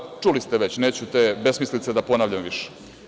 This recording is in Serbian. Ovo je… ma, čuli ste već, neću te besmislice da ponavljam više.